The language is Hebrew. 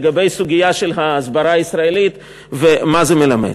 לגבי הסוגיה של ההסברה הישראלית ומה זה מלמד.